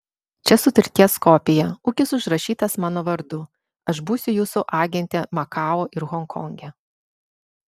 čia sutarties kopija ūkis užrašytas mano vardu aš būsiu jūsų agentė makao ir honkonge